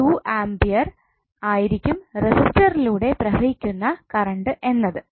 2 ampere ആയിരിക്കും റെസിസ്റ്ററിലൂടെ പ്രവഹിക്കുന്ന കറണ്ട് എന്നത്